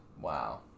Wow